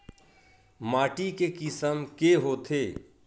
माटी के किसम के होथे?